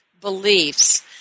beliefs